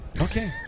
Okay